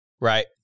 Right